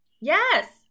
yes